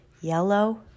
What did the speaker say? yellow